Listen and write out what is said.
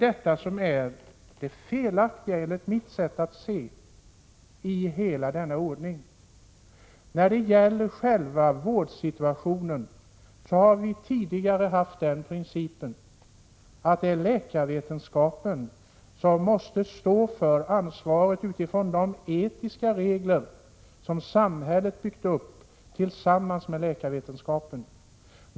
Det är enligt mitt sätt att se saken det felaktiga i hela denna ordning. Hittills har den principen gällt att läkarna skall ansvara för vården utifrån de etiska regler som samhället har byggt upp tillsammans med läkarvetenskapen.